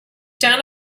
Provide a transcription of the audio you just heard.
down